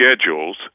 schedules